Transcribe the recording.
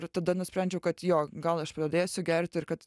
ir tada nusprendžiau kad jo gal aš pradėsiu gerti ir kad